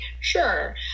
sure